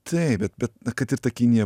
taip bet bet kad ir ta kinija